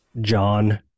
John